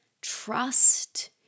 trust